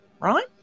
right